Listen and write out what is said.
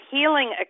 Healing